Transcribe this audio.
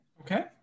Okay